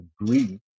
agree